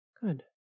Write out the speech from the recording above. Good